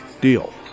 Deal